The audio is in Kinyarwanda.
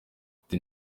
ati